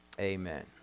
Amen